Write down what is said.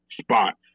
spots